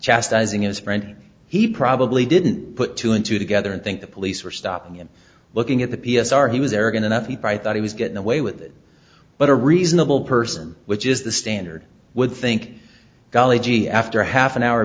chastising his friend he probably didn't put two and two together and think the police were stopping him looking at the p s r he was arrogant enough right that he was getting away with it but a reasonable person which is the standard would think golly gee after half an hour